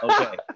okay